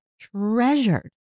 treasured